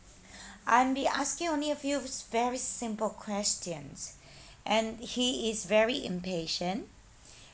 I've been asking only a few very simple questions and he is very impatient